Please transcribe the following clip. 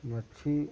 मछली